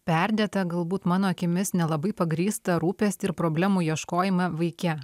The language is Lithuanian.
perdėtą galbūt mano akimis nelabai pagrįstą rūpestį ir problemų ieškojimą vaike